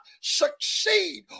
succeed